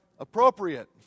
appropriate